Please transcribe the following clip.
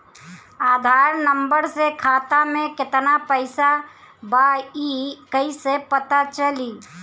आधार number से खाता में केतना पईसा बा ई क्ईसे पता चलि?